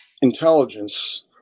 intelligence